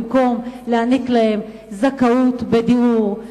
במקום להעניק להם זכאות בדיור,